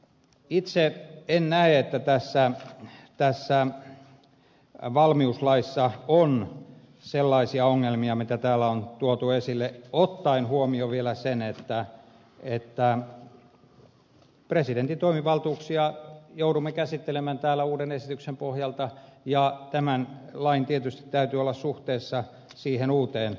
itse en näe että tässä valmiuslaissa on sellaisia ongelmia mitä täällä on tuotu esille ottaen huomioon vielä sen että presidentin toimivaltuuksia joudumme käsittelemään täällä uuden esityksen pohjalta ja tämän lain tietysti täytyy olla suhteessa siihen uuteen lainsäädäntöön